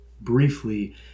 briefly